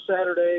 Saturday